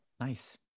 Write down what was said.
Nice